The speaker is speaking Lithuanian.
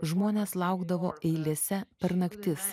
žmonės laukdavo eilėse per naktis